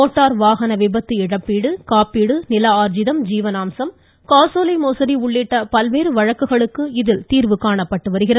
motor வாகன விபத்து இழப்பீடு காப்பீடு நில ஆர்ஜிதம் ஜீவனாம்சம் காசோலை மோசடி உள்ளிட்ட பல்வேறு வழக்குகளுக்கு இதில் தீர்வு காணப்பட்டு வருகிறது